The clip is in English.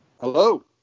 Hello